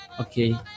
okay